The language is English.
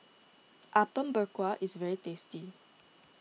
Apom Berkuah is very tasty